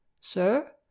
Sir